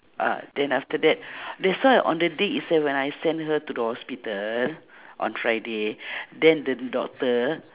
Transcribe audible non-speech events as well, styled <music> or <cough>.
ah then after that <breath> that's why on the day itself when I send her to the hospital on friday <breath> then the doctor